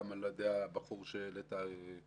גם על ידי הבחור שהיה מ"פ,